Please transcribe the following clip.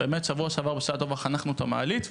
באמת בשבוע שעבר חנכנו את המעלית בשעה טובה,